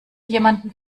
jemanden